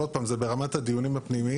אבל עוד פעם, זה ברמת הדיונים הפנימיים.